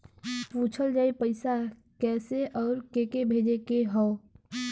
पूछल जाई पइसा कैसे अउर के के भेजे के हौ